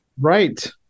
right